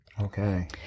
Okay